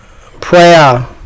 prayer